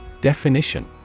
Definition